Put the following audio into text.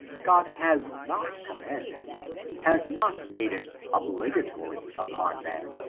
god has not commandeda has not made it obligatory upon man,